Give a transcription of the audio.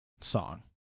song